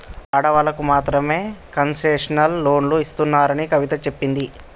ఆడవాళ్ళకు మాత్రమే కన్సెషనల్ లోన్లు ఇస్తున్నారని కవిత చెప్పింది